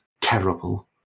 terrible